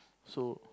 so